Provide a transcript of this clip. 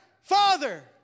Father